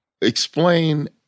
Explain